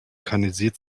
kanalisiert